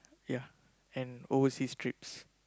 ya and overseas trips